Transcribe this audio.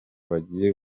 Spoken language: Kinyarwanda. bagiye